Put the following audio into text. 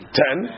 ten